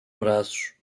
braços